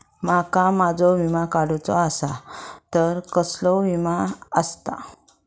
माका माझो विमा काडुचो असा तर कसलो विमा आस्ता?